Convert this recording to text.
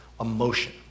emotion